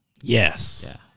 Yes